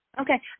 Okay